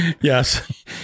Yes